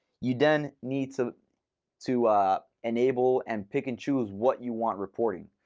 you then need to to enable and pick and choose what you want reporting.